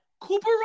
Cooper